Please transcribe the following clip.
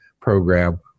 program